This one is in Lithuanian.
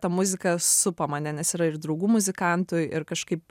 ta muzika supa mane nes yra ir draugų muzikantų ir kažkaip